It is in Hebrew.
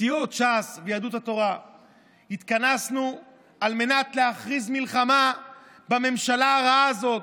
בסיעות ש"ס ויהדות התורה התכנסנו על מנת להכריז מלחמה בממשלה הרעה הזאת,